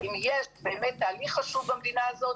אם יש באמת תהליך חשוב במדינה הזאת,